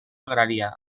agrària